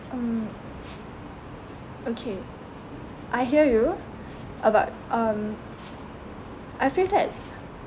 mm okay I hear you about um I feel that